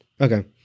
Okay